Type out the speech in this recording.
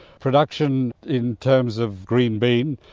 production in terms of green bean,